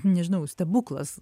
nežinau stebuklas